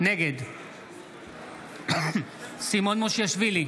נגד סימון מושיאשוילי,